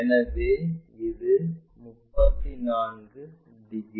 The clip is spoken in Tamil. எனவே இது 34 டிகிரி